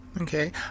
Okay